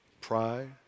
pride